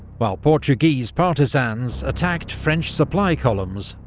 while portuguese partisans attacked french supply columns,